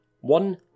One